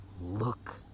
Look